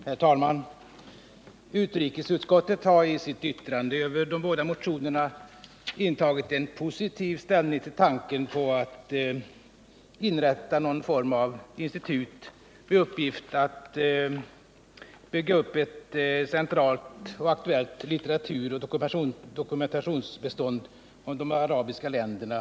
Herr talman! Utrikesutskottet har i sitt yttrande över de båda motionerna intagit en positiv ställning till tanken på att inrätta någon form av institut med uppgift att bygga upp ett centralt och aktuellt litteraturoch dokumentationsbestånd om de arabiska länderna.